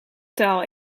taal